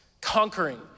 conquering